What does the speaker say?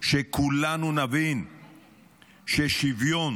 שכולנו נבין ששוויון